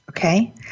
Okay